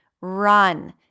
run